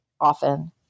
often